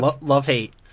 Love-hate